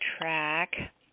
track